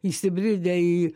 įsibridę į